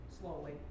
slowly